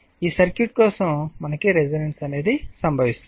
ఈ సర్క్యూట్ కోసం మనకి రెసోనన్స్ సంభవిస్తుంది